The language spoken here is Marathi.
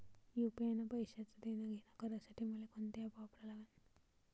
यू.पी.आय न पैशाचं देणंघेणं करासाठी मले कोनते ॲप वापरा लागन?